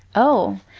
oh.